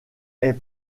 est